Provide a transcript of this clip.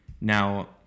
Now